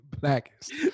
Blackest